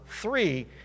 three